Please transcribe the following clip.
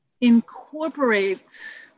incorporates